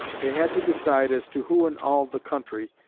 they had to decide as to who in all the country,